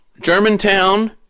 Germantown